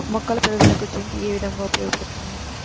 మొక్కల పెరుగుదలకు జింక్ ఏ విధముగా ఉపయోగపడుతుంది?